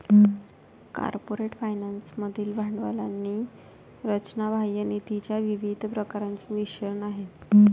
corporate finance मधील भांडवली रचना बाह्य निधीच्या विविध प्रकारांचे मिश्रण आहे